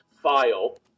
file